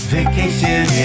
Vacation